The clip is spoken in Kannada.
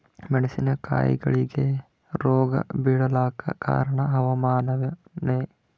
ಮೆಣಸಿನ ಕಾಯಿಗಳಿಗಿ ರೋಗ ಬಿಳಲಾಕ ಕಾರಣ ಹವಾಮಾನನೇ?